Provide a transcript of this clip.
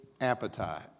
appetite